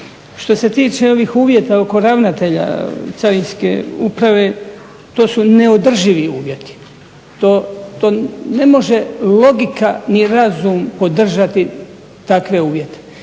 Što se tiče ovih uvjeta oko ravnatelja Carinske uprave to su neodrživi uvjeti, to ne može logika ni razum podržati takve uvjete.